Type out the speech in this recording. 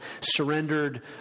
surrendered